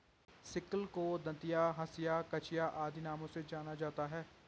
sickle को दँतिया, हँसिया, कचिया आदि नामों से जाना जाता है